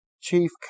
chief